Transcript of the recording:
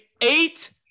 eight